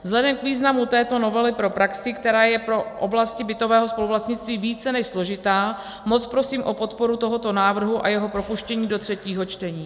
Vzhledem k významu této novely pro praxi, která je pro oblasti bytového spoluvlastnictví více než složitá, moc prosím o podporu tohoto návrhu a jeho propuštění do třetího čtení.